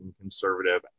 conservative